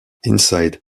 inside